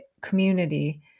community